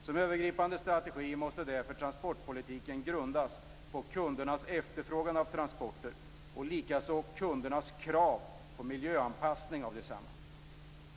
Som övergripande strategi måste därför transportpolitiken grundas på kundernas efterfrågan av transporter och likaså på kundernas krav på miljöanpassning av desamma.